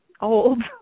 old